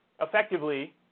effectively –